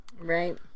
Right